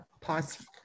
Pause